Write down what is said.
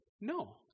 No